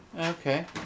Okay